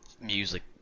music